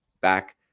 back